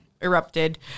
Erupted